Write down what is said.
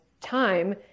time